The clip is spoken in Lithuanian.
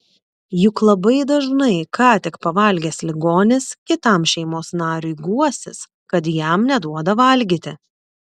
juk labai dažnai ką tik pavalgęs ligonis kitam šeimos nariui guosis kad jam neduoda valgyti